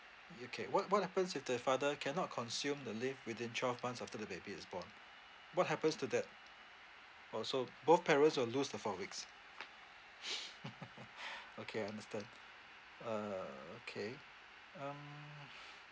a year okay what what happens if the father cannot consume the leave within twelve months after the baby is born what happens to that orh so both parents will lose the four weeks okay understand uh okay um